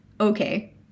okay